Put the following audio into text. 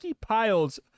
piles